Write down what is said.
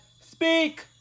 speak